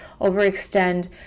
overextend